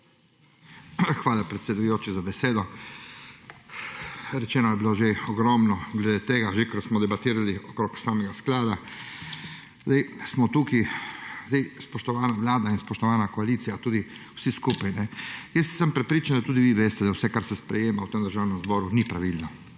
Hvala predsedujoči za besedo. Rečeno je bilo že ogromno glede tega, že kar smo debatirali okrog samega sklada. Zdaj smo tukaj, spoštovana Vlada in spoštovana koalicija, tudi vsi skupaj. Jaz sem prepričan, da tudi vi veste, da vse kar se sprejema v tem Državnem zboru, ni pravilno.